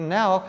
now